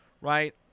right